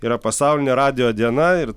yra pasaulinė radijo diena ir